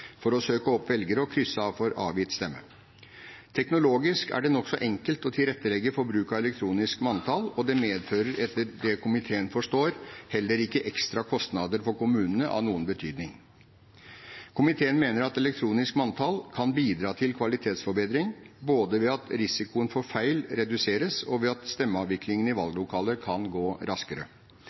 for å søke opp velgerne og krysse av for avgitt stemme. Teknologisk er det nokså enkelt å tilrettelegge for bruk av elektronisk manntall, og det medfører etter det komiteen forstår, heller ikke ekstra kostnader for kommunene av noen betydning. Komiteen mener at elektronisk manntall kan bidra til kvalitetsforbedring både ved at risikoen for feil reduseres, og ved at stemmeavviklingen i valglokalet kan gå raskere.